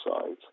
sides